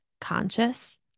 conscious